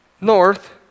north